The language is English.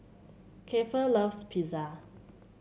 Kiefer loves Pizza